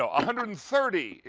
so ah hundred and thirty.